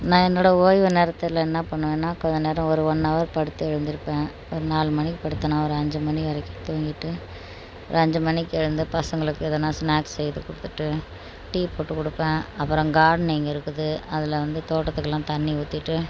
நான் என்னோட ஓய்வு நேரத்தில் என்ன பண்ணுவேன்னா கொஞ்சம் நேரம் ஒரு ஒன் அவர் படுத்து எழுந்திருப்பேன் ஒரு நாலு மணிக்கு படுத்தேன்னா ஒரு அஞ்சு மணி வரைக்கும் தூங்கிட்டு ஒரு அஞ்சு மணிக்கு எழுந்து பசங்களுக்கு எதனா ஸ்நாக்ஸ் செய்து கொடுத்துட்டு டீ போட்டு கொடுப்பேன் அப்புறம் கார்டனிங் இருக்குது அதில் வந்து தோட்டத்துக்கெலாம் தண்ணீர் ஊற்றிட்டு